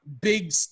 Big